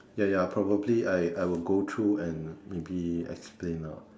ya ya probably I I'll go through and maybe explain ah